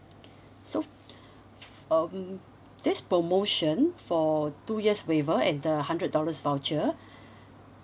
so um this promotion for two years waiver and the hundred dollars voucher